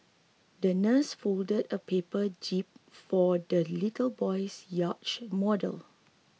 the nurse folded a paper jib for the little boy's yacht model